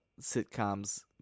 sitcoms